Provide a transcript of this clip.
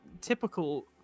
typical